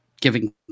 giving